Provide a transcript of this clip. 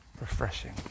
Refreshing